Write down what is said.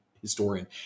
historian